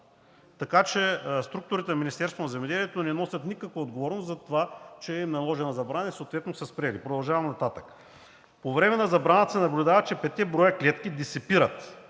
на земеделието не носят никаква отговорност за това, че е наложена забрана, и съответно са спрели. Продължавам нататък. По време на забраната се наблюдава, че петте броя клетки дисипират,